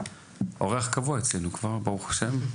אורך כבוד אצלנו כבר, ברוך השם.